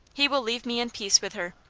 he will leave me in peace with her.